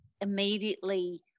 immediately